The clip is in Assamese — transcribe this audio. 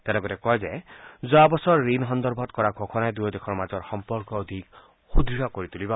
তেওঁ লগতে কয় যে যোৱা বছৰ ঋণ সন্দৰ্ভত কৰা ঘোষণাই দুয়ো দেশৰ মাজৰ সম্পৰ্ক অধিক সুদ্ঢ় কৰি তুলিব